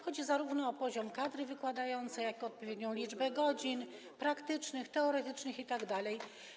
Chodzi zarówno o poziom kadry wykładającej, jak i odpowiednią liczbę godzin zajęć praktycznych, teoretycznych itd.